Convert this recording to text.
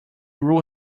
rule